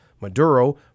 Maduro